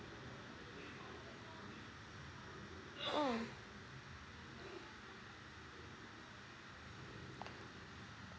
mm